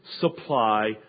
supply